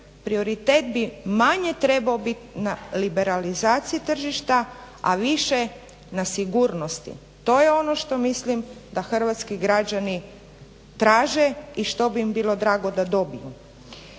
Prioritet bi manje trebao bit na liberalizaciji tržišta, a više na sigurnosti. To je ono što mislim da hrvatski građani traže i što bi im bilo drago da dobiju.